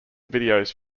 videos